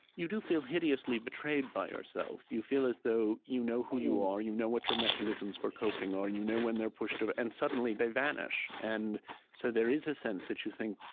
you do feel hideously betrayed by yourself. you feel as though you know who you are you know what your mechanisms for coping are and you know when they're pushed. ah and suddenly, they vanish. and so there is a sense that you think,